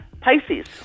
Pisces